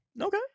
Okay